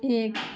एक